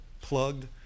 plugged